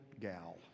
gal